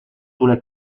sulle